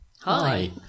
Hi